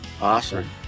awesome